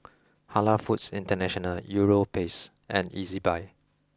Halal Foods International Europace and Ezbuy